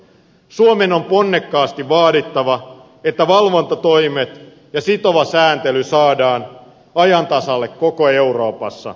suomen on ponnekkaasti vaadittava että valvontatoimet ja sitova sääntely saadaan ajan tasalle koko euroopassa